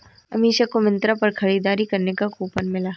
अमीषा को मिंत्रा पर खरीदारी करने पर कूपन मिला